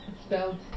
spelled